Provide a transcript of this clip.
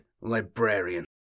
librarian